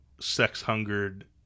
sex-hungered